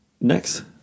Next